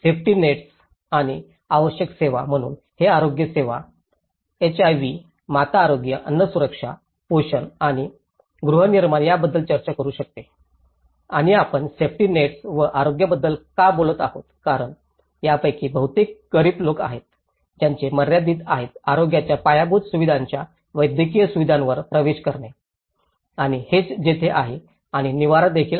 safety nets आणि अत्यावश्यक सेवा म्हणून हे आरोग्य सेवा एचआयव्ही माता आरोग्य अन्न सुरक्षा पोषण आणि गृहनिर्माण याबद्दल चर्चा करू शकते आणि आपण सेफ्टी नेट्स व आरोग्याबद्दल का बोलत आहोत कारण यापैकी बहुतेक गरीब लोक आहेत ज्यांचे मर्यादित आहेत आरोग्याच्या पायाभूत सुविधांच्या वैद्यकीय सुविधांवर प्रवेश करणे आणि हेच जेथे आहे आणि निवारा देखील आहे